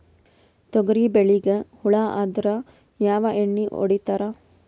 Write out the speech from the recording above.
ತೊಗರಿಬೇಳಿಗಿ ಹುಳ ಆದರ ಯಾವದ ಎಣ್ಣಿ ಹೊಡಿತ್ತಾರ?